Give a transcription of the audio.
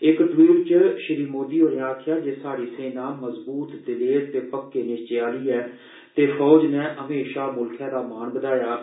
इक ट्वीट च श्री मोदी होरें आखेआ जे स्हाड़ी सेना मजबूत दलेर त पक्के निष्चे आहली ऐ ते फौज नै म्हेषां मुल्ख दा मान बधाया ऐ